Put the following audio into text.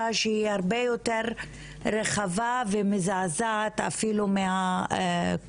שהיא הרבה ויתר רחבה ומזעזעת אפילו מהקודמת.